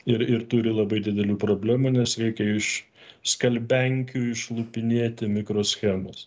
ir ir turi labai didelių problemų nes reikia iš skalbenkių išlupinėti mikroschemas